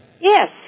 Yes